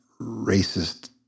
racist